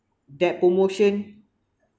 that promotion